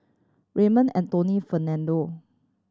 Raymond Anthony Fernando